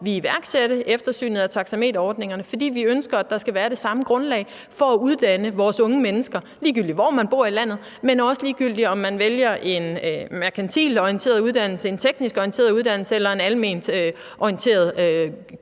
vi iværksatte eftersynet af taxameterordningerne, for vi ønsker, at der skal være det samme grundlag for at uddanne vores unge mennesker, ligegyldigt hvor man bor i landet, men også ligegyldigt om man vælger en merkantilt orienteret uddannelse, en teknisk orienteret uddannelse eller en alment orienteret